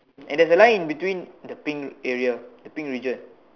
and there's a line between the pink area the pink region